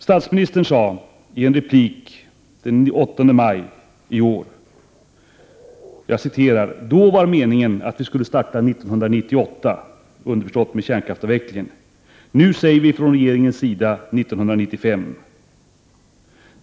Statsministern sade följande i en replik här i riksdagen den 8 maj i år: ”Då var meningen att vi skulle starta 1998,” — underförstått kärnkraftsavvecklingen — ”nu säger vi från regeringens sida 1995.